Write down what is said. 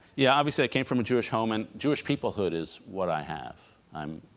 yeah obviously it came from a jewish home and jewish peoplehood is what i have i'm